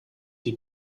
die